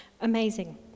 amazing